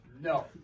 No